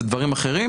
ודברים אחרים.